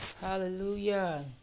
Hallelujah